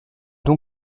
donc